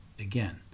again